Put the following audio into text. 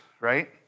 right